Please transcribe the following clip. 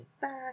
back